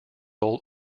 ole